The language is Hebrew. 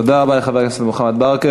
תודה רבה לחבר הכנסת מוחמד ברכה.